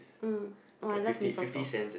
mm oh I love mee-soto